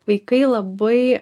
vaikai labai